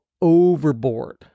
overboard